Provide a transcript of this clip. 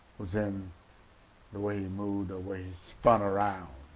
was in the way he moved, the way he spun around,